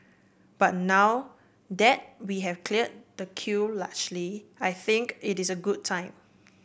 but now that we have cleared the queue largely I think it is a good a time